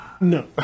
No